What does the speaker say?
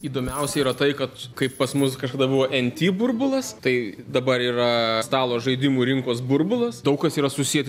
įdomiausia yra tai kad kaip pas mus kažkada buvo nt burbulas tai dabar yra stalo žaidimų rinkos burbulas daug kas yra susieti